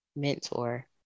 mentor